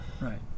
Right